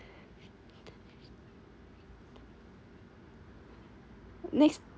next